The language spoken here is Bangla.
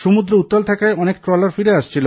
সমুদ্র উত্তাল থাকায় অনেক ট্রলার ফিরে আসছিল